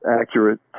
accurate